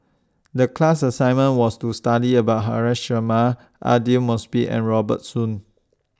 The class assignment was to study about Haresh Sharma Aidli Mosbit and Robert Soon